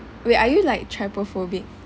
wait are you like trypophobic